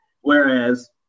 Whereas